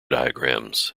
diagrams